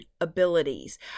Abilities